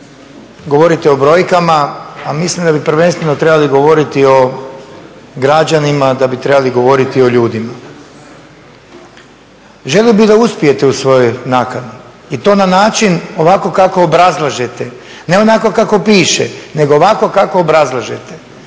govorite o brojkama a mislim da bi prvenstveno trebali govoriti o građanima, da bi trebali govoriti o ljudima. Želio bih da uspijete u svojoj nakani i to na način ovako kako obrazlažete, ne onako kako piše nego ovako kako obrazlažete.